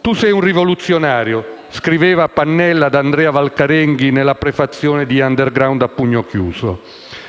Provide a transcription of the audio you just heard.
«Tu sei un rivoluzionario» scriveva Pannella ad Andrea Valcarenghi nella prefazione di «Underground a pugno chiuso»,